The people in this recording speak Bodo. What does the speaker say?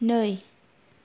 नै